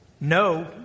no